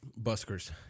Buskers